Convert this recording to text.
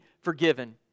forgiven